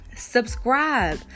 Subscribe